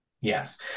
Yes